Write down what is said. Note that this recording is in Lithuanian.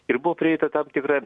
ir buvo prieita tam tikra